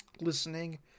listening